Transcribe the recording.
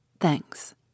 Thanks